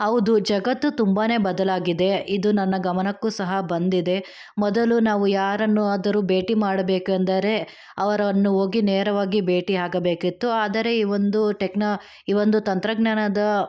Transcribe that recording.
ಹೌದು ಜಗತ್ತು ತುಂಬಾ ಬದಲಾಗಿದೆ ಇದು ನನ್ನ ಗಮನಕ್ಕೂ ಸಹ ಬಂದಿದೆ ಮೊದಲು ನಾವು ಯಾರನ್ನು ಆದರೂ ಭೇಟಿ ಮಾಡಬೇಕು ಅಂದರೆ ಅವರನ್ನು ಹೋಗಿ ನೇರವಾಗಿ ಭೇಟಿಯಾಗಬೇಕಿತ್ತು ಆದರೆ ಈ ಒಂದು ಟೆಕ್ನೋ ಈ ಒಂದು ತಂತ್ರಜ್ಞಾನದ